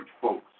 folks